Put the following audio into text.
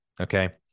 okay